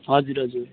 हजुर हजुर